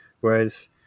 whereas